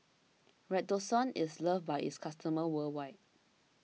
Redoxon is loved by its customers worldwide